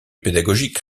pédagogique